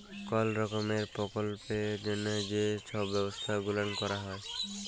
call রকমের পরকল্পের জ্যনহে যে ছব ব্যবছা গুলাল ক্যরা হ্যয়